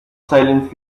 silent